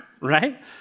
right